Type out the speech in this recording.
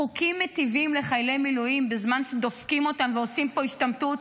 חוקים מיטיבים לחיילי מילואים בזמן שדופקים אותם ועושים פה השתמטות,